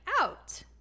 out